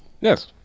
Yes